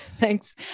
Thanks